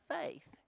faith